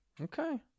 Okay